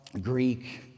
Greek